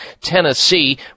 Tennessee